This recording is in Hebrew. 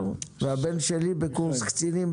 שיש היום שני קולות כאן בכנסת.